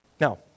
Now